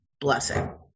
blessing